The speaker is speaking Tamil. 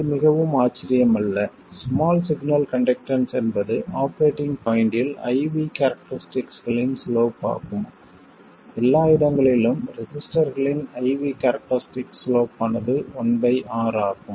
இது மிகவும் ஆச்சரியமல்ல ஸ்மால் சிக்னல் கண்டக்டன்ஸ் என்பது ஆபரேட்டிங் பாய்ண்ட்டில் I V கேரக்டரிஸ்டிக்களின் சிலோப் ஆகும் எல்லா இடங்களிலும் ரெசிஸ்டர்களின் I V கேரக்டரிஸ்டிக் சிலோப் ஆனது 1 R ஆகும்